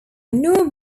new